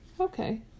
Okay